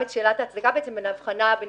שאלה נוספת היא מה ההצדקה להבחנה בין